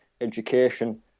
education